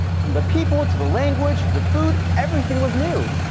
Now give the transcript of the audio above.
from the people to the language to the food. everything was new.